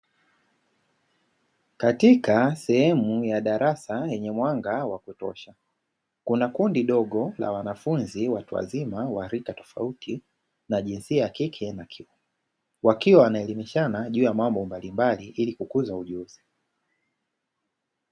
Katika sehemu ya darasa yenye mwanga wa kutosha. Kuna kundi dogo la wanafunzi, watu wazima wa rika tofauti na jinsia ya kike na kiume. Wakiwa wanaelimishana juu ya mambo mbalimbali ili kukuza ujuzi.